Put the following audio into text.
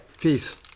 Peace